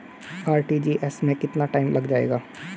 RTGS में कितना time लग जाएगा?